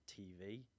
TV